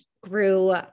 grew